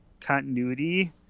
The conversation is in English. continuity